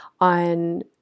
on